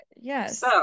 yes